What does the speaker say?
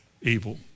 evil